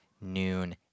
noon